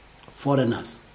foreigners